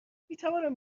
میتوانم